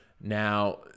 Now